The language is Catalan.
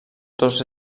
dos